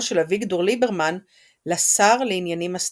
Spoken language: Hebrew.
של אביגדור ליברמן לשר לעניינים אסטרטגיים.